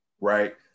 Right